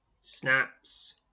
Snaps